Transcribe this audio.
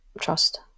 trust